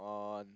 on